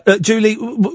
Julie